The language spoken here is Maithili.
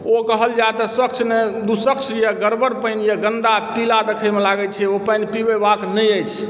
ओ कहल जाय तऽ स्वच्छ नहि दुःस्वच्छ यऽ गड़बड़ पानि यऽ गन्दा पीला देखेमे लागय छै ओ पानि पीबाक नहि अछि